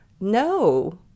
No